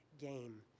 game